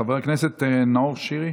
חבר הכנסת נאור שירי.